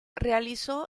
realizó